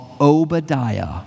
Obadiah